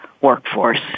workforce